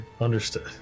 Understood